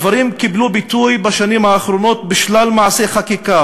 הדברים קיבלו ביטוי בשנים האחרונות בשלל מעשי חקיקה